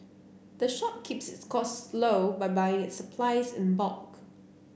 the shop keeps its costs low by buying its supplies in bulk